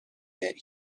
that